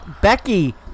Becky